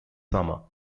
summer